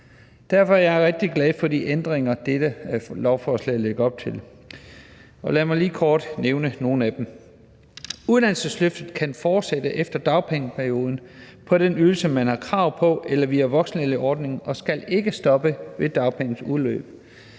Derfor er jeg rigtig glad for de ændringer, dette lovforslag lægger op til. Og lad mig lige kort nævne nogle af dem. Uddannelsesløftet kan fortsætte efter dagpengeperioden på den ydelse, man har krav på, eller via voksenlærlingeordningen og skal ikke stoppe ved dagpengenes udløb.